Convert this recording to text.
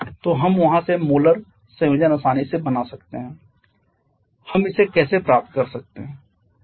तो हम वहाँ से मोलर संयोजन आसानी से बना सकते हैं हम इसे कैसे प्राप्त कर सकते हैं